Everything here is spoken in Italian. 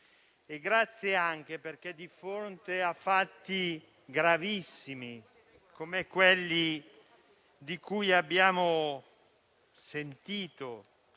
Grazie anche perché, di fronte a fatti gravissimi come quelli di cui abbiamo sentito